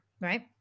right